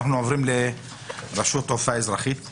זה